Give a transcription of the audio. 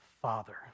Father